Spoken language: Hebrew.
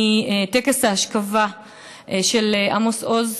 מטקס האשכבה של עמוס עוז,